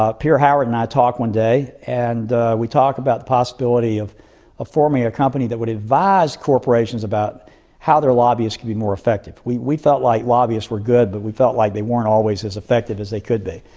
ah pierre howard and i talk one day and we talk about the possibility of ah forming a company that would advise corporations about how their lobbyists could be more effective. we we felt like lobbyists were good, but we felt like they weren't always as effective as they could be.